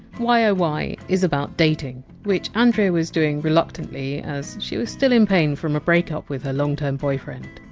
why oh why is about dating, which andrea was doing reluctantly, as she was still in pain from a break-up with her long-term boyfriend.